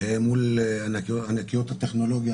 מול ענקיות הטכנולוגיה.